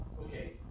Okay